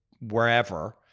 wherever